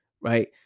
right